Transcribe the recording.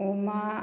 अमा